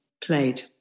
played